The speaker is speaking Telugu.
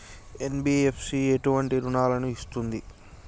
ఎన్.బి.ఎఫ్.సి ఎటువంటి రుణాలను ఇస్తుంది?